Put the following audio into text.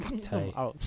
Tight